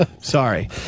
Sorry